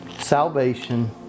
salvation